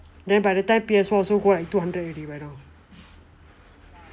then by that time P_S four also go like two hundred already if you buy now